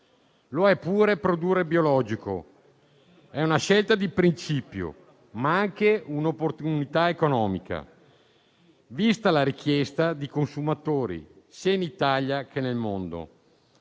così come produrre biologico: è una scelta di principio, ma anche un'opportunità economica, vista la richiesta dei consumatori, sia in Italia che nel mondo.